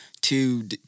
to-